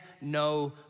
no